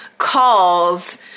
Calls